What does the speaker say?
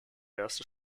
erste